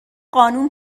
قانون